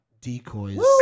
decoys